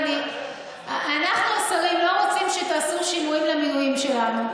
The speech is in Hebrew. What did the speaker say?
אנחנו השרים לא רוצים שתעשו שינויים במינויים שלנו,